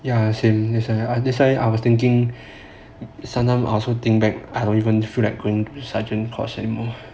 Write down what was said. ya same that's why that's why I was thinking sometime I also think back I don't even feel like going sergeant course anymore